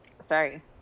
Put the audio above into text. Sorry